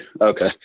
okay